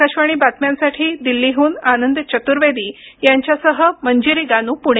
आकाशवाणी बातम्यांसाठी दल्लीहून आनंद चतुर्वेदी यांच्यासह मंजिरी गानू पुणे